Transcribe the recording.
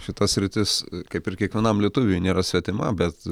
šita sritis kaip ir kiekvienam lietuviui nėra svetima bet